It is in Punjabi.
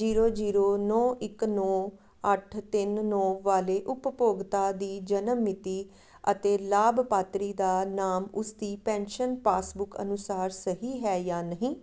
ਜੀਰੋ ਜੀਰੋ ਨੌ ਇੱਕ ਨੌ ਅੱਠ ਤਿੰਨ ਨੌ ਵਾਲੇ ਉਪਭੋਗਤਾ ਦੀ ਜਨਮ ਮਿਤੀ ਅਤੇ ਲਾਭਪਾਤਰੀ ਦਾ ਨਾਮ ਉਸਦੀ ਪੈਨਸ਼ਨ ਪਾਸਬੁੱਕ ਅਨੁਸਾਰ ਸਹੀ ਹੈ ਜਾਂ ਨਹੀਂ